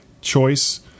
choice